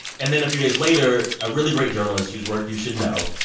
and then a few days later, a really great journalist whose work you should know,